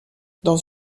dans